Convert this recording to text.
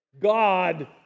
God